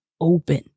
open